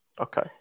Okay